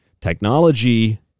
Technology